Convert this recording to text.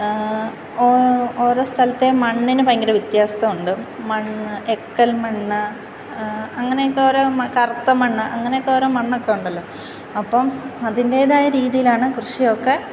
ഓ ഓരോ സ്ഥലത്തെ മണ്ണിനു ഭയങ്കര വ്യത്യാസമുണ്ട് മണ്ണ് എക്കൽ മണ്ണ് അങ്ങനെയൊക്കെ ഓരോ മണ്ണ് കറുത്ത മണ്ണ് അങ്ങനെയൊക്കെ ഓരോ മണ്ണൊക്കെ ഉണ്ടല്ലോ അപ്പം അതിൻ്റെതായ രീതിയിലാണ് കൃഷിയൊക്കെ